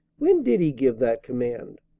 when did he give that command?